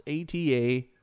ATA